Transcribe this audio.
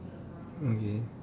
okay